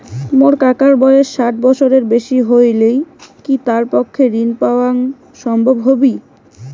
মোর কাকার বয়স ষাট বছরের বেশি হলই কি তার পক্ষে ঋণ পাওয়াং সম্ভব হবি?